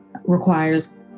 requires